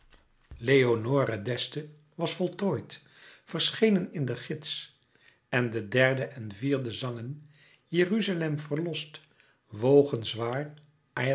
ziel leonore d'este was voltooid verschenen in de gids en de derde en vierde zangen jeruzalem verlost wogen zwaar